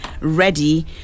ready